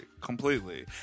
Completely